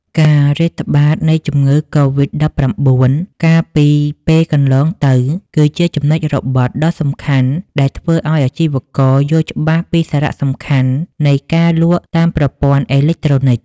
ការរាតត្បាតនៃជំងឺកូវីដ-១៩ កាលពីពេលកន្លងទៅ គឺជាចំណុចរបត់ដ៏សំខាន់ដែលធ្វើឱ្យអាជីវករយល់ច្បាស់ពីសារៈសំខាន់នៃការលក់តាមប្រព័ន្ធអេឡិចត្រូនិក។